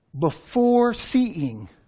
before-seeing